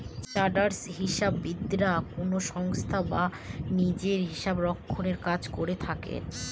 chartered হিসাববিদরা কোনো সংস্থায় বা নিজে হিসাবরক্ষনের কাজ করে থাকেন